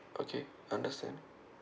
okay understand